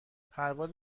پرواز